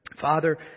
Father